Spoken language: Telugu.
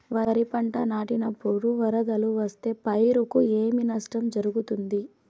వరిపంట నాటినపుడు వరదలు వస్తే పైరుకు ఏమి నష్టం జరుగుతుంది?